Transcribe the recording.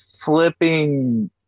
flipping